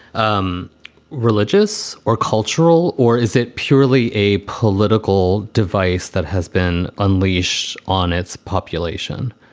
um religious or cultural, or is it purely a political device that has been unleash on its population?